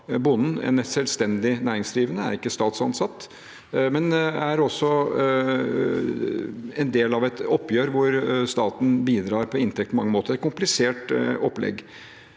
Bonden er en selvstendig næringsdrivende og ikke statsansatt, men også en del av et oppgjør hvor staten bidrar til inntekt på mange måter. Det er et komplisert opplegg.